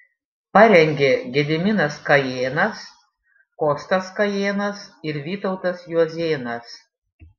parengė gediminas kajėnas kostas kajėnas ir vytautas juozėnas